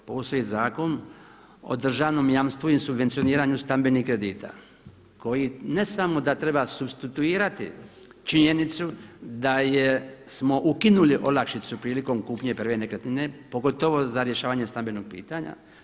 Postoji Zakon o državnom jamstvu i subvencioniranju stambenih kredita koji ne samo da treba supstituirati činjenicu, da smo ukinuli olakšicu prilikom kupnje prve nekretnine pogotovo za rješavanje stambenog pitanja.